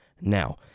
now